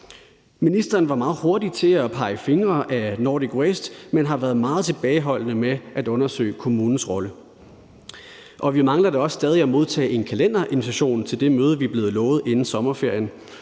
Ministeren var meget hurtig til at pege fingre ad Nordic Waste, men har været meget tilbageholdende med at undersøge kommunens rolle, og vi mangler da også stadig at modtage en kalenderinvitation til det møde, vi er blevet lovet inden sommerferien,